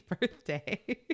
birthday